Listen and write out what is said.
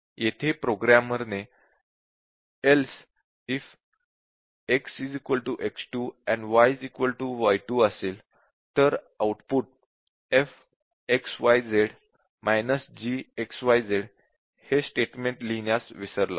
येथे programmer "else if x x2 and y y2" असेल तर output f x y z g x y हे statement लिहिण्यास विसरला आहे